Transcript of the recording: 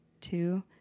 two